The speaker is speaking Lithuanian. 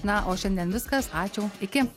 na o šiandien viskas ačiū iki